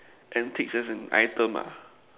antiques as in item ah